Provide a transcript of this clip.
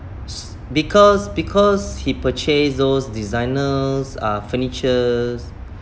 because because he purchased those designers uh furnitures